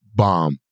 bomb